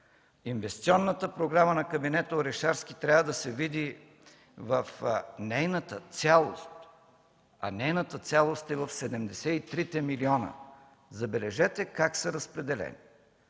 Инвестиционната програма на кабинета Орешарски трябва да се види в нейната цялост, а нейната цялост е в 73-те милиона. Забележете как са разпределени: